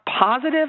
positive